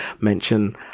mention